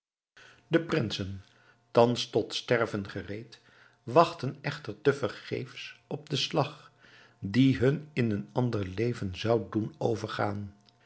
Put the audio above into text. de prinsen thans tot sterven gereed wachtten echter te vergeefs op den slag die hun in een ander leven zou doen overgaan